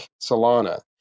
Solana